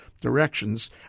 directions